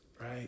right